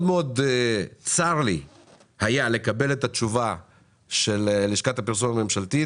צר לי מאוד היה לקבל את התשובה של לשכת הפרסום הממשלתית,